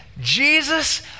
Jesus